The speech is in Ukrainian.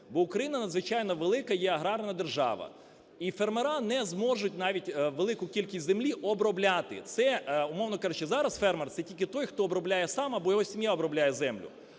бо Україна надзвичайно велика є аграрна держава, і фермери не зможуть навіть велику кількість землі обробляти. Це, умовно кажучи, зараз фермер – це тільки той, хто обробляє сам або його сім'я обробляє землю.